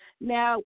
Now